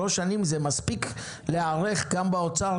שלוש שנים זה מספיק להיערך גם באוצר,